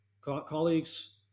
colleagues